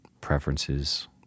preferences